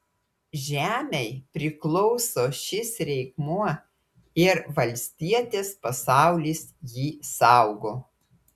žemei priklauso šis reikmuo ir valstietės pasaulis jį saugo